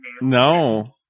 No